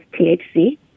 THC